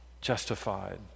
justified